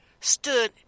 stood